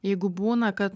jeigu būna kad